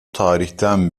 tarihten